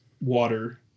water